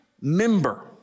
member